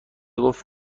گفت